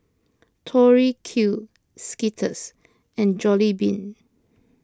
Tori Q Skittles and Jollibean